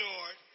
Lord